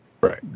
Right